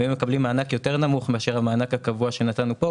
הם היו מקבלים מענק יותר נמוך מאשר המענק הקבוע שנתנו כאן,